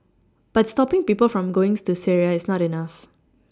but stopPing people from going to Syria is not enough